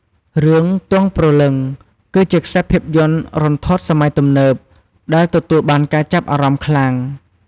រឿង ទង់ព្រលឹង គឺជាខ្សែភាពយន្តរន្ធត់សម័យទំនើប ដែលទទួលបានការចាប់អារម្មណ៍ខ្លាំង។